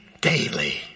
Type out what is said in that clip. daily